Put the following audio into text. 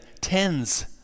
tens